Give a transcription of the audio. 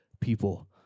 people